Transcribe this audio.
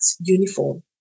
uniform